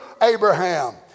Abraham